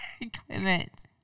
equipment